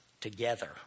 together